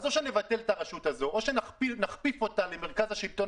אז או שנבטל את הרשות הזאת או שנכפיף אותה למרכז השלטון